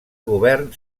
govern